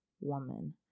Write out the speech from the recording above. woman